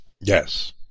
Yes